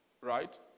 right